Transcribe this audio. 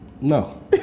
No